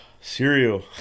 Cereal